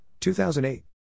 2008